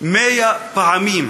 100 פעמים.